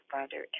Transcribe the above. Father